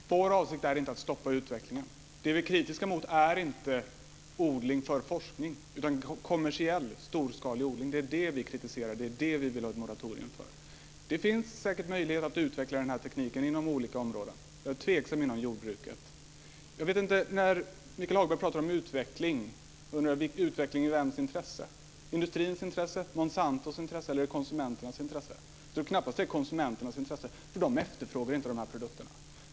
Fru talman! Vår avsikt är inte att stoppa utvecklingen. Vi är inte kritiska mot odling för forskning utan vi kritiserar och vill ha ett moratorium för kommersiell storskalig odling. Det finns säkert möjlighet att utveckla tekniken inom olika områden. Jag är tveksam när det gäller jordbruket. Michael Hagberg pratar om utveckling, men i vems intresse? Är det industrins intresse, Monsantos intresse eller konsumenternas intresse? Jag tror knappast att det är i konsumenternas intresse, för de efterfrågar inte de produkterna.